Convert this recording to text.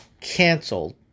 canceled